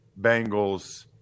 Bengals